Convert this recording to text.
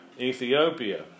Ethiopia